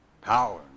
Power